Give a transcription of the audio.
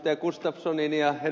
gustafssonin ja ed